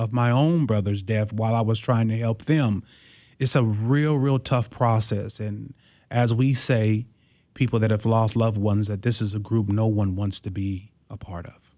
of my own brother's death while i was trying to help them it's a real real tough process and as we say people that have lost loved ones that this is a group no one wants to be a part of